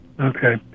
Okay